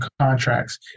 contracts